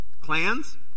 clans